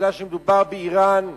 מכיוון שמדובר באירן החומייניסיטית,